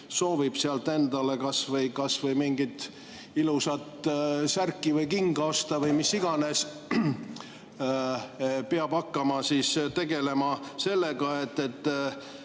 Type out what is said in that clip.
soovib sealt endale kas või mingit ilusat särki või kingi osta või mis iganes, peab hakkama tegelema sellega, et